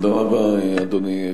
תודה רבה, אדוני.